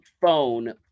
phone